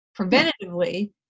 preventatively